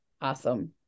Awesome